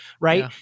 Right